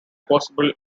possible